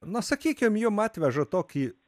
na sakykim jum atveža tokį